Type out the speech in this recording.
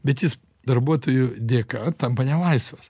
bet jis darbuotojų dėka tampa nelaisvas